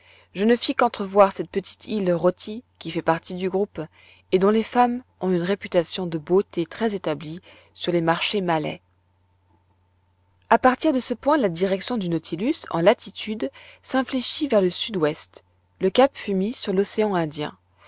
je ne fis qu'entrevoir cette petite île rotti qui fait partie du groupe et dont les femmes ont une réputation de beauté très établie sur les marchés malais a partir de ce point la direction du nautilus en latitude s'infléchit vers le sud-ouest le cap fut mis sur l'océan indien